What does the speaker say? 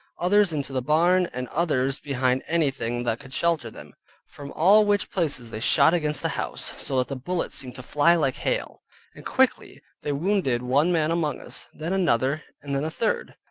others into the barn, and others behind anything that could shelter them from all which places they shot against the house, so that the bullets seemed to fly like hail and quickly they wounded one man among us, then another, and then a third.